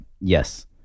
yes